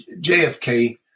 JFK